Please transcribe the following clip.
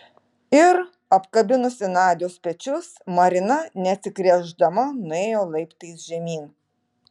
ir apkabinusi nadios pečius marina neatsigręždama nuėjo laiptais žemyn